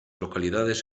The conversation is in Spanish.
localidades